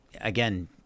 again